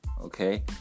Okay